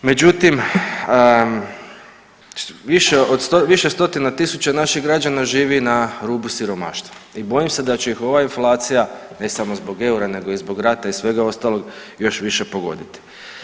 Međutim, više stotina tisuća naših građana živi na rubu siromaštva i bojim se da će ih ova inflacija ne samo zbog eura nego i zbog rata i svega ostalog još više pogoditi.